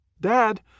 Dad